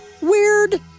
weird